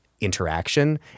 interaction